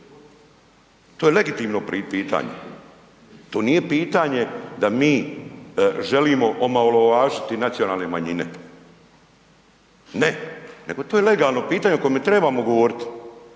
To je legitimno pitanje, to nije pitanje da mi želimo omalovažiti nacionalne manjine. Ne, nego to je legalno pitanje o kojem trebamo govoriti